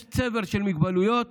יש צבר של מוגבלויות